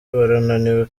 barananiwe